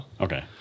Okay